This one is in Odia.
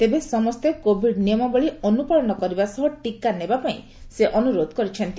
ତେବେ ସମସ୍ତେ କୋଭିଡ ନିୟମାବଳୀ ଅନ୍ତପାଳନ କରିବା ସହ ଟିକା ନେବା ପାଇଁ ସେ ଅନୁରୋଧ କରିଛନ୍ତି